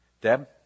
Deb